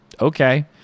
Okay